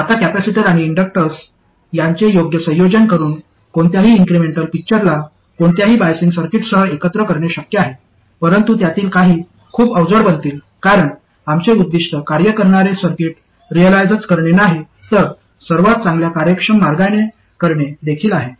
आता कॅपेसिटर आणि इंडक्टर्स यांचे योग्य संयोजन करून कोणत्याही इन्क्रिमेंटल पिक्चरला कोणत्याही बायसिंग सर्किटसह एकत्र करणे शक्य आहे परंतु त्यातील काही खूप अवजड बनतील कारण आमचे उद्दीष्ट कार्य करणारे सर्किट रिअलाईझच करणे नाही तर सर्वात चांगल्या कार्यक्षम मार्गने करणे देखील आहे